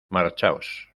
marchaos